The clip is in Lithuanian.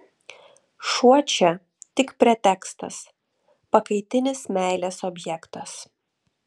šuo čia tik pretekstas pakaitinis meilės objektas